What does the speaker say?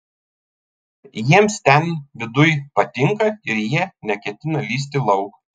jiems ten viduj patinka ir jie neketina lįsti lauk